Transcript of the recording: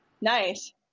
Nice